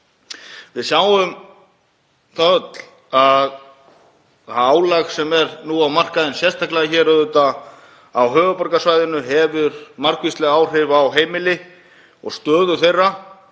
Við sjáum það öll að það álag sem er nú á markaðnum, sérstaklega hér á höfuðborgarsvæðinu, hefur margvísleg áhrif á heimili og stöðu þeirra.